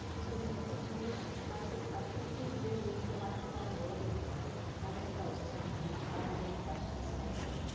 so when it's time time for questions, please do use the microphone and hold it right up close so we can all hear the questions. thank you.